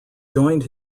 joined